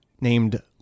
named